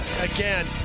again